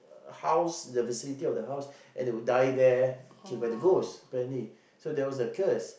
uh house the vicinity of the house and they would die there killed by the ghost apparently so there was a curse